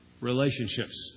Relationships